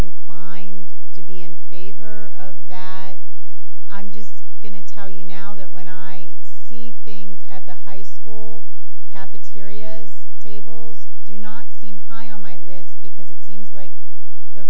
inclined to be in favor of that i'm just going to tell you now that when i see things at the high school cafeterias tables do not seem high on my list because it seems like they're